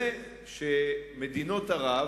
זה שמדינות ערב,